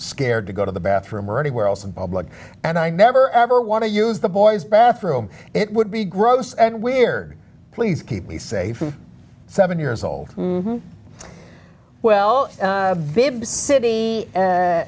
scared to go to the bathroom or anywhere else in public and i never ever want to use the boys bathroom it would be gross and weird please keep me safe from seven years old well viv's city